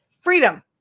Freedom